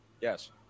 Yes